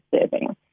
serving